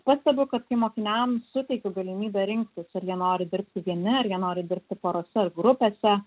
pastebiu kad kai mokiniams suteikiu galimybę rinktis ar jie nori dirbti vieni ar jie nori dirbti porose ar grupėse